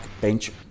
bench